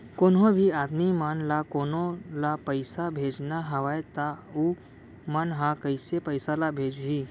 कोन्हों भी आदमी मन ला कोनो ला पइसा भेजना हवय त उ मन ह कइसे पइसा ला भेजही?